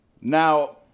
Now